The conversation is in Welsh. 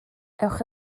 ewch